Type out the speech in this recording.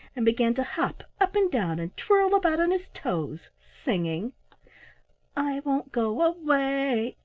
and began to hop up and down and twirl about on his toes, singing i won't go away!